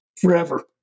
forever